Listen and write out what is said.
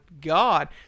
God